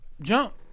jump